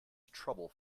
trouble